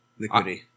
liquidy